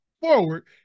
forward